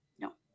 No